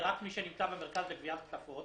זה רק מי שנמצא במרכז לגביית קנסות,